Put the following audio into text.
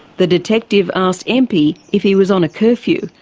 the detective asked einpwy if he was on a curfew,